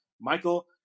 Michael